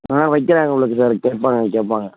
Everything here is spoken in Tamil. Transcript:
ஆ வைக்கிறாங்க போல இருக்குது சார் கேட்பாங்க கேட்பாங்க